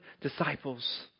disciples